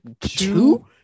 two